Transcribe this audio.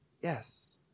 Yes